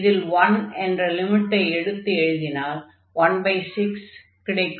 இதில் 1 என்ற லிமிட்டை எடுத்து எழுதினால் 16 கிடைக்கும்